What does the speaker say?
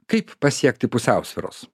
kaip pasiekti pusiausvyros